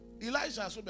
Elijah